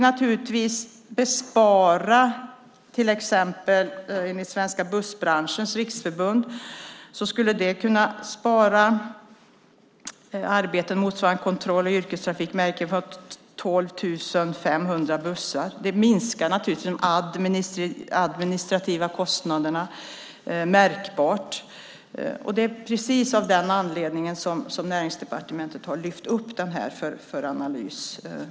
Enligt Svenska Bussbranschens Riksförbund skulle ett sådant system kunna spara arbete motsvarande kontroll och yrkestrafikmärken för 12 500 bussar. Det minskar naturligtvis de administrativa kostnaderna märkbart. Det är av precis den anledningen som Näringsdepartementet har lyft upp detta för analys.